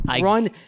Run